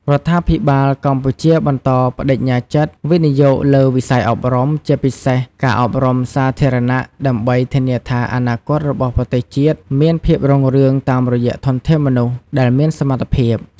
រដ្ឋាភិបាលកម្ពុជាបន្តប្តេជ្ញាចិត្ត វិនិយោគលើវិស័យអប់រំ ជាពិសេសការអប់រំសាធារណៈ ដើម្បីធានាថាអនាគតរបស់ប្រទេសជាតិមានភាពរុងរឿងតាមរយៈធនធានមនុស្សដែលមានសមត្ថភាព។